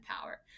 power